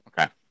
okay